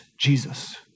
Jesus